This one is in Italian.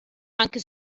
anche